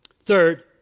Third